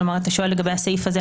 אתה שואל לגבי הסעיף הזה,